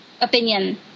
Opinion